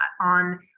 on